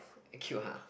act cute !huh!